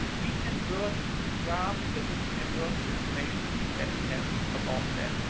we can merge the graph that is, we can merge the information that we have about them.